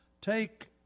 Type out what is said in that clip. take